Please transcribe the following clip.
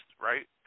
right